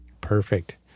Perfect